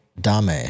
Dame